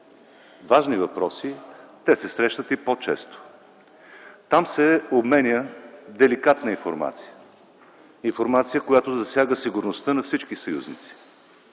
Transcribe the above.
важни въпроси, те се срещат и по-често. Там се обменя деликатна информация, информация, която засяга сигурността на всички съюзници.